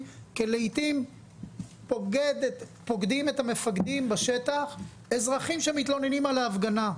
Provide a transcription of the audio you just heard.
כי לעיתים פוקדים את המפקדים בשטח אזרחים שמתלוננים על ההפגנה,